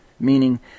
Meaning